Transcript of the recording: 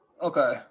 Okay